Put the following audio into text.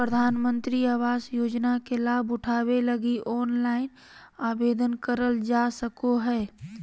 प्रधानमंत्री आवास योजना के लाभ उठावे लगी ऑनलाइन आवेदन करल जा सको हय